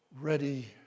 ready